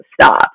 stop